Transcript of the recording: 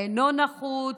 אינו נחוץ.